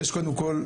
קודם כל,